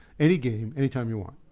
any game, any time you want.